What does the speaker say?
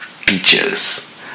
teachers